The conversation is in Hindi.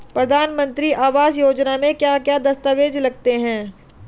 प्रधानमंत्री आवास योजना में क्या क्या दस्तावेज लगते हैं?